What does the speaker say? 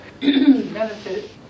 benefit